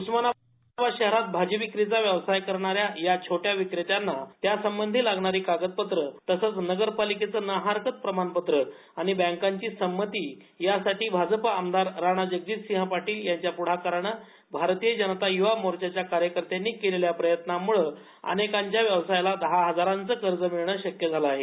उस्मानाबाद शहरात भाजी विक्रीचा व्यवसाय करणाऱ्या या छोट्या विक्रेत्यांना त्यासंबंधी लागणारी कागदपत्र तसंच नगरपालिकेचं ना हरकत प्रमाणपत्र आणि बँकांच्या संबंधी यासाठी भाजप आमदार राणाजगजितसिंग राणा यांच्या प्रढाकारानं भारतीय जनता यूवा मोर्चाच्या कार्यकर्त्यांनी केलेल्या प्रयत्नामूळे अनेकांच्या व्यवसायाला दहा हजार रुपयांचं कर्ज मिळणे शक्य झालं आहे